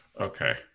Okay